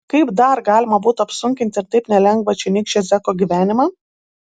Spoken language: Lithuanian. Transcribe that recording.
kaip dar galima būtų apsunkinti ir taip nelengvą čionykščio zeko gyvenimą